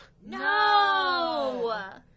No